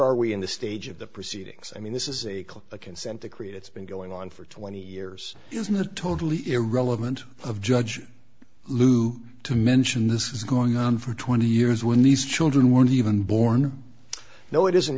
are we in the stage of the proceedings i mean this is a class a consent decree that's been going on for twenty years is not totally irrelevant of judge lou to mention this is going on for twenty years when these children weren't even born know it isn't